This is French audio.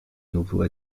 nouveau